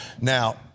Now